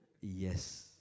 Yes